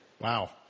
wow